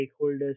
stakeholders